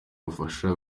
ubufasha